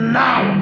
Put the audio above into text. now